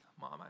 mom